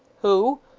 who?